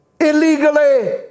Illegally